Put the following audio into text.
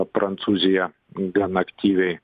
prancūzija gan aktyviai